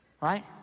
Right